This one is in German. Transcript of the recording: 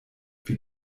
wir